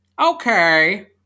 okay